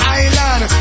island